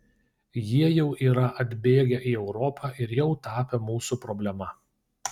jie jau yra atbėgę į europą ir jau tapę mūsų problema